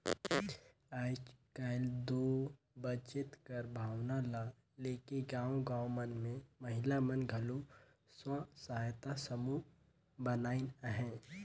आएज काएल दो बचेत कर भावना ल लेके गाँव गाँव मन में महिला मन घलो स्व सहायता समूह बनाइन अहें